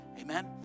Amen